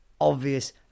obvious